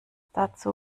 dazu